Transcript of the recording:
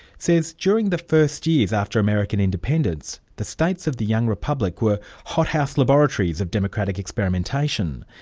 says during the first years after american independence, the states of the young republic were hothouse laboratories of democratic experimentation,